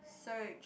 search